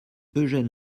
eugène